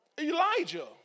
Elijah